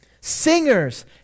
Singers